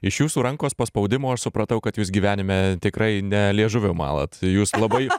iš jūsų rankos paspaudimo aš supratau kad jūs gyvenime tikrai ne liežuviu malat jūs labai